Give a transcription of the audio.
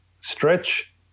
stretch